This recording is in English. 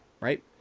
right